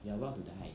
you're about to die